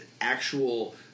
actual